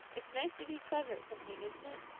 it's nice to be clever at something, isn't it?